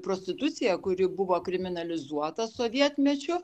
prostitucija kuri buvo kriminalizuota sovietmečiu